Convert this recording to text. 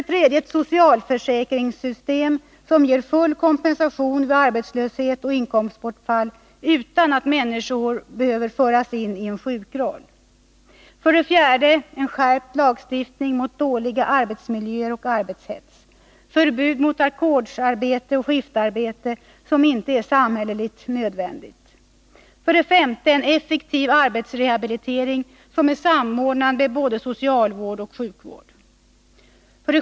Ett socialförsäkringssystem som ger full kompensation vid arbetslöshet och inkomstbortfall, utan att människor behöver föras in i en sjukroll. 4. En skärpt lagstiftning mot dåliga arbetsmiljöer och arbetshets samt förbud mot ackordsarbete och skiftarbete som inte är samhälleligt nödvändigt. 5. Eneffektiv arbetsrehabilitering som är samordnad med såväl socialvård som sjukvård.